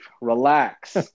relax